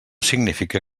significa